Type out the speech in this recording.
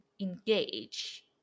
engage